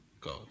God